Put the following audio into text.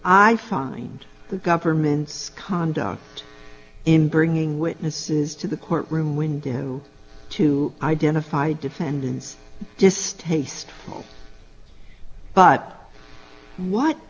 i find the government's conduct in bringing witnesses to the court room window to identify defendants distasteful but what